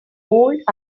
old